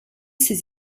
ses